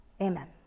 amen